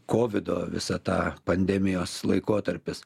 kovido visa ta pandemijos laikotarpis